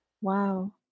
Wow